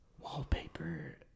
Wallpaper